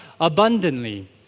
abundantly